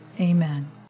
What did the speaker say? Amen